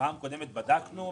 בפעם הקודמת בדקנו,